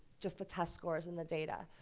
just the test scores and the data.